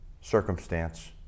circumstance